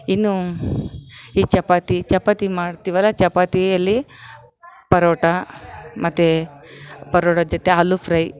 ಇನ್ನು ಈ ಚಪಾತಿ ಚಪಾತಿ ಮಾಡ್ತೀವಲ್ಲ ಚಪಾತಿಯಲ್ಲಿ ಪರೋಟ ಮತ್ತು ಪರೋಟ ಜೊತೆ ಆಲೂ ಫ್ರೈ